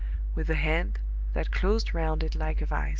with a hand that closed round it like a vise.